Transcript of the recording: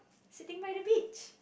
sitting by the beach